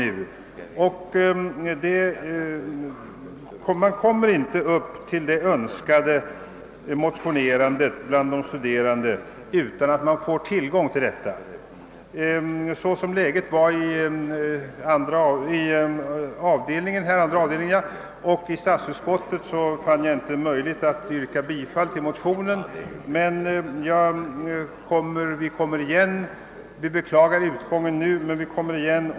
Man kommer inte upp till den önskade motionsaktiviteten bland de studerande utan att få tillgång till de nödvändiga medlen. Såsom läget var i andra avdelningen och i statsutskottet i dess helhet fann jag det inte möjligt att yrka bifall till motionerna. Vi beklagar utgången vid detta tillfälle men skall komma igen.